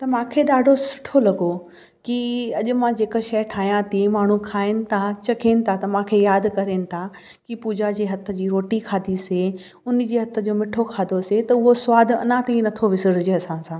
त मूंखे ॾाढो सुठो लॻो कि अॼु मां जेका शइ ठाहिया थी माण्हू खाइनि था चखनि था त मूंखे यादि करनि था कि पूॼा जे हथ जी रोटी खादिसीं उन जी हथ जो मीठो खादोसीं त उहो सवादु अञा ताईं नथो विसिरजे असां सां